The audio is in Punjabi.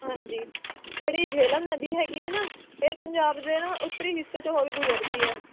ਹਾਂਜੀ ਜਿਹੜੀ ਜਿਹਲਮ ਨਦੀ ਹੈਗੀ ਹੈ ਨਾ ਇਹ ਪੰਜਾਬ ਦੇ ਨਾ ਉੱਤਰੀ ਹਿੱਸੇ 'ਚ ਹੋ ਕੇ ਗੁਜ਼ਰਦੀ ਹੈ